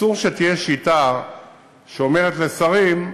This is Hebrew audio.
אסור שתהיה שיטה שאומרת לשרים: